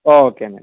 ഓ okay എന്നാൽ